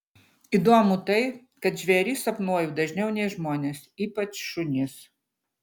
įdomu tai kad žvėris sapnuoju dažniau nei žmones ypač šunis